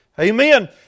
Amen